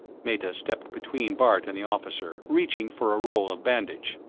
meta stepped between bart and the officer, reaching for a roll of bandage.